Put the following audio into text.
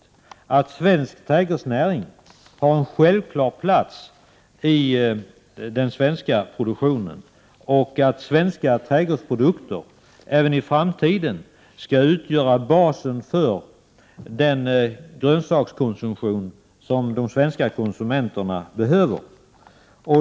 1988/89:112 svensk trädgårdsnäring har en självklar plats i den svenska produktionen och att svenska trädgårdsprodukter även i framtiden skall utgöra basen för de svenska konsumenternas grönsakskonsumtion.